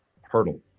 hurdle